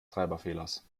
treiberfehlers